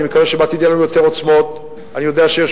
ואני מקווה שבעתיד יהיו לנו יותר עוצמות,